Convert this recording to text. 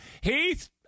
Heath